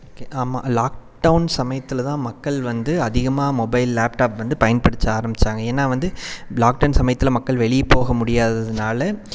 okay ஆமாம் lockdown சமயத்தில்தான் மக்கள் வந்து அதிகமாக மொபைல் லேப்டாப் வந்து பயன்படுத்த ஆரம்பித்தாங்க ஏனால் வந்து லாக்டவுன் சமயத்தில் மக்கள் வெளியே போக முடியாததினால